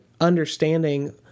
understanding